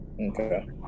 Okay